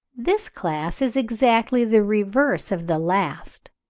this class is exactly the reverse of the last,